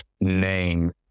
name